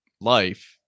life